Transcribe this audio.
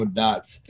dots